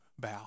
bow